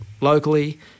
locally